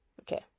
okay